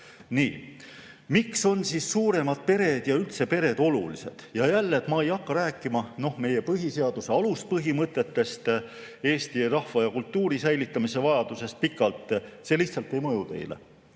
Miks on siis suuremad pered ja üldse pered olulised? Ja jälle, ma ei hakka pikalt rääkima meie põhiseaduse aluspõhimõtetest, eesti rahva ja kultuuri säilitamise vajadusest. See lihtsalt ei mõju teile.